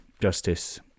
Justice